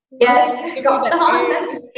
Yes